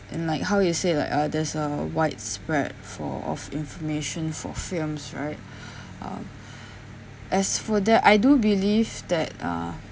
and like how you say like uh there's uh widespread for of information for films right uh as for that I do believe that uh